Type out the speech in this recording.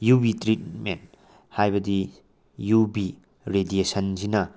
U V treatment ꯍꯥꯏꯕꯗꯤ U V ꯔꯦꯗꯤꯌꯦꯁꯟꯁꯤꯅ